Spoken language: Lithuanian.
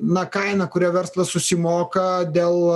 na kaina kuria verslas susimoka dėl